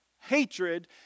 hatred